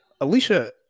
Alicia